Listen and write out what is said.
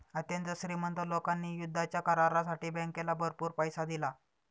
अत्यंत श्रीमंत लोकांनी युद्धाच्या करारासाठी बँकेला भरपूर पैसा दिला